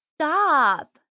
Stop